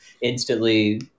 instantly